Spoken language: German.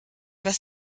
weiß